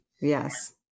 Yes